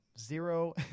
zero